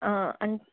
అంటే